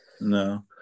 No